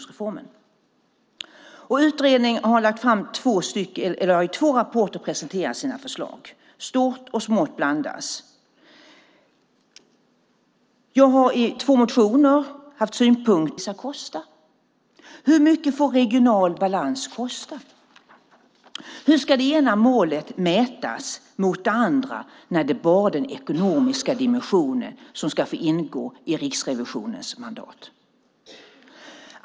Hur mycket, fru talman, får rättvisa kosta? Hur mycket får regional balans kosta? Hur ska det ena målet mätas mot det andra när det är bara den ekonomiska dimensionen som ska få ingå i Riksrevisionens mandat?